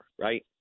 right